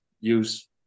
use